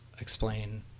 explain